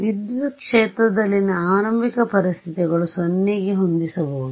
ವಿದ್ಯುತ್ ಕ್ಷೇತ್ರದಲ್ಲಿನ ಆರಂಭಿಕ ಪರಿಸ್ಥಿತಿಗಳು 0 ಗೆ ಹೊಂದಿಸಬಹುದು